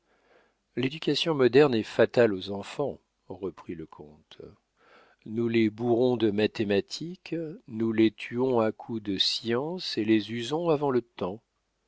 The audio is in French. l'éducation moderne est fatale aux enfants reprit le comte nous les bourrons de mathématiques nous les tuons à coups de science et les usons avant le temps